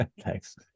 Thanks